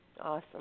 Awesome